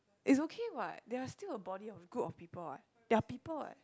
it's okay what they are still a body of group of people what they are people what